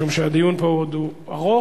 משום שהדיון ארוך